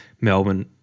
Melbourne